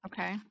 Okay